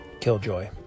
Killjoy